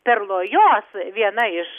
perlojos viena iš